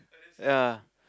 ya